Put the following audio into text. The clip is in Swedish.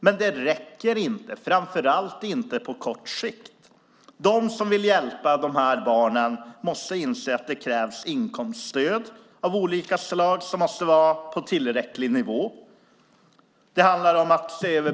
Men det räcker inte, framför allt inte på kort sikt. Den som vill hjälpa dessa barn måste inse att det krävs olika slag av inkomststöd och det måste vara på en tillräcklig nivå.